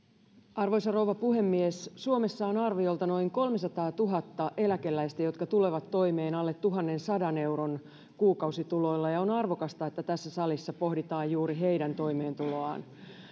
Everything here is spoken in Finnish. arvoisa rouva puhemies suomessa on arviolta noin kolmesataatuhatta eläkeläistä jotka tulevat toimeen alle tuhannensadan euron kuukausituloilla ja on arvokasta että tässä salissa pohditaan juuri heidän toimeentuloaan